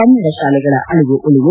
ಕನ್ನಡ ಶಾಲೆಗಳ ಅಳವು ಉಳಿವು